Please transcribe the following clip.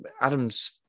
Adam's